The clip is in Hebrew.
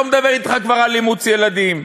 לא מדבר אתך כבר על אימוץ ילדים,